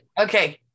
Okay